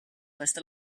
questa